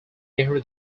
nehru